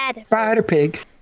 Spider-Pig